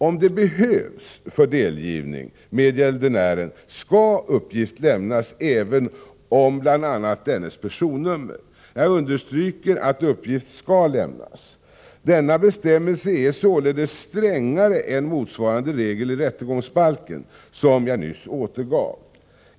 Om det behövs för delgivning med gäldenären skall uppgift lämnas även om bl.a. dennes personnummer. Jag understryker att uppgift skall lämnas. Denna bestämmelse är således strängare än motsvarande regel i rättegångsbalken, som jag nyss återgav.